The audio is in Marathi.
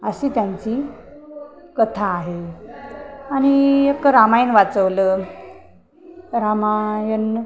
अशी त्यांची कथा आहे आणि एक रामायण वाचवलं रामायण